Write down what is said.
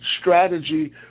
strategy